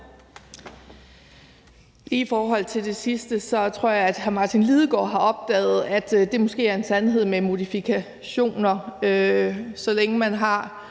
i forhold til det sidste vil jeg sige, at jeg tror, hr. Martin Lidegaard har opdaget, at det måske er en sandhed med modifikationer. Så længe man har